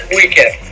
weekend